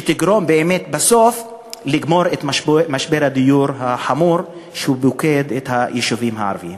שתגרום בסוף באמת לגמור את משבר הדיור החמור שפוקד את היישובים הערביים.